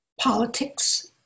politics